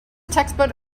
textbook